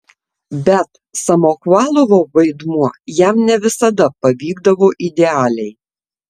bet samochvalovo vaidmuo jam ne visada pavykdavo idealiai